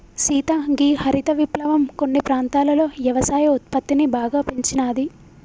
సీత గీ హరిత విప్లవం కొన్ని ప్రాంతాలలో యవసాయ ఉత్పత్తిని బాగా పెంచినాది